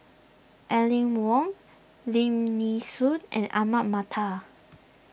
Aline Wong Lim Nee Soon and Ahmad Mattar